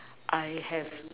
I have